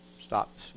Stop